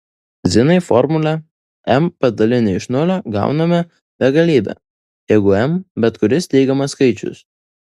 zinai formulę m padalinę iš nulio gauname begalybę jeigu m bet kuris teigiamas skaičius